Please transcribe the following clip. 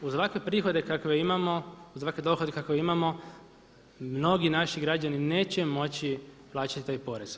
Uz ovakve prihoda kakve imamo, uz ovakve dohotke kakve imamo mnogi naši građani neće moći plaćati taj porez.